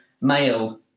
male